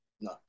No